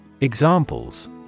Examples